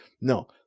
No